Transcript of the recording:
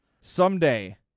Someday